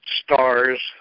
stars